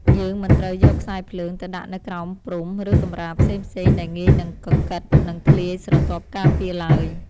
យើងមិនត្រូវយកខ្សែភ្លើងទៅដាក់នៅក្រោមព្រំ ឬកម្រាលផ្សេងៗដែលងាយនឹងកកិត និងធ្លាយស្រទាប់ការពារឡើយ។